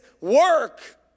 work